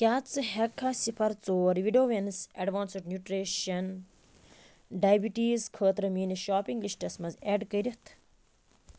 کیٛاہ ژٕ ہٮ۪کٕکھا صِفَر ژور وِڈاوینس ایٚڈوانسٕڈ نیٛوٗٹرشن ڈایبِٹیٖز خٲطرٕ میٛٲنِس شاپِنٛگ لِسٹَس منٛز ایٚڈ کٔرِتھ